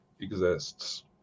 Exists